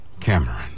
Cameron